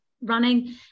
running